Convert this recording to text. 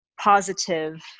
positive